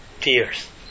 tears